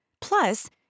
plus